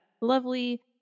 lovely